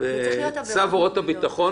כמובן בהתאם למצב הביטחוני,